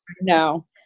No